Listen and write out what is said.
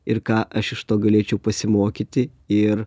ir ką aš iš to galėčiau pasimokyti ir